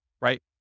right